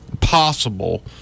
possible